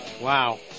wow